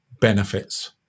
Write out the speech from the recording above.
benefits